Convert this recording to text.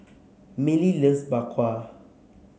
Milly loves Bak Kwa